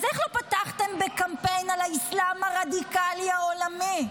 אז איך לא פתחתם בקמפיין על האסלאם הרדיקלי העולמי?